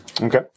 Okay